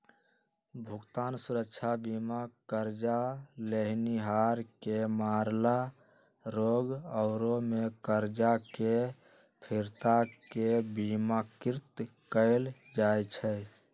भुगतान सुरक्षा बीमा करजा लेनिहार के मरला, रोग आउरो में करजा के फिरता के बिमाकृत कयल जाइ छइ